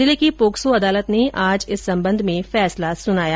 जिले की पोक्सो अदालत ने आज इस संबंध में फैसला सुनाया